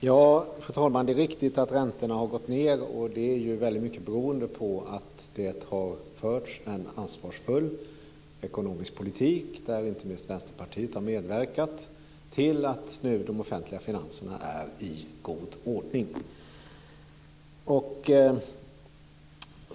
Fru talman! Det är riktigt att räntorna har gått ned. Det är väldigt mycket beroende på att det har förts en ansvarsfull ekonomisk politik, där inte minst Västerpartiet har medverkat till att de offentliga finanserna nu är i god ordning.